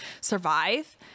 survive